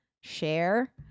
share